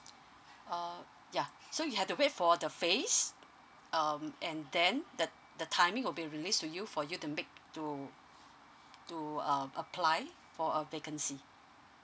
uh ya so you have to wait for the phase um and then the the timing will be released to you for you to make to to a apply for a vacancy